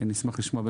אני אשמח לשמוע,